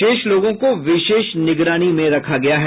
शेष लोगों को विशेष निगरानी में रखा गया है